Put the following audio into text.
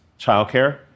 childcare